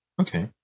Okay